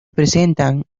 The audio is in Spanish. presentan